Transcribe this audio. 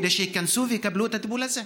כדי שייכנסו ויקבלו את הטיפול הזה?